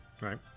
Right